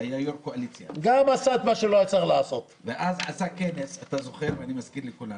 שהיה יושב-ראש הקואליציה --- גם עשה את מה שלא היה צריך לעשות.